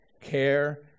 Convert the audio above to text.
care